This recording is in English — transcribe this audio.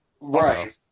Right